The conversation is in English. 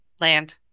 land